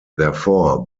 therefore